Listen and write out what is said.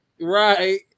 Right